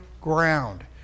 ground